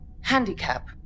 handicap